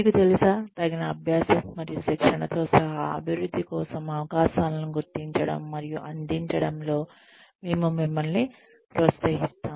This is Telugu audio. మీకు తెలుసా తగిన అభ్యాసం మరియు శిక్షణతో సహా అభివృద్ధి కోసం అవకాశాలను గుర్తించడం మరియు అందించడం లో మేము మిమ్మల్ని ప్రోత్సహిస్తాము